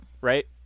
right